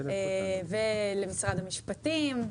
ולמשרד המשפטים,